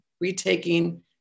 retaking